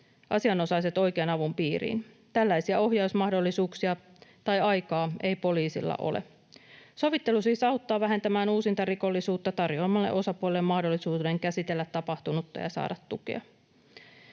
asianosaiset oikean avun piiriin. Tällaisia ohjausmahdollisuuksia tai aikaa ei poliisilla ole. Sovittelu siis auttaa vähentämään uusintarikollisuutta tarjoamalla osapuolille mahdollisuuden käsitellä tapahtunutta ja saada tukea.